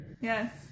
Yes